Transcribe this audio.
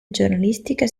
giornalistiche